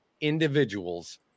individuals